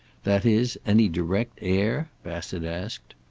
that is, any direct heir? bassett asked.